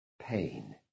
pain